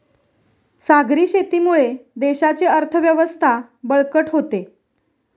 सागरी शेतीमुळे देशाची अर्थव्यवस्था बळकट होते